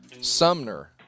Sumner